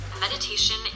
Meditation